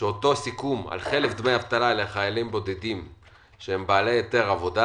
שאותו סיכום על חלף דמי אבטלה לחיילים בודדים שהם בעלי היתר עבודה